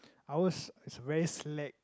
ours is a very slack